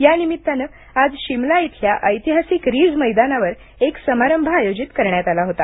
यानिमित्ताने आज शिमला इथल्या ऐतिहासिक रिज मैदानावर एक समारंभ आयोजित करण्यात आला होता